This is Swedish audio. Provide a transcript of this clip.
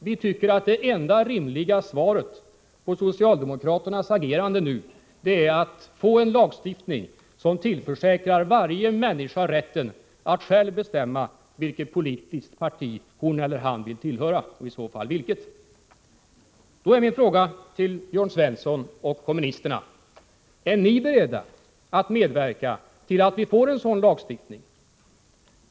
Vi tycker att det enda rimliga svaret på socialdemokraternas agerande nu är att få en lagstiftning som tillförsäkrar varje människa rätten att själv bestämma vilket politiskt parti hon eller han vill tillhöra. Min fråga till Jörn Svensson och kommunisterna blir: Är ni beredda att medverka till att vi får en sådan lagstiftning?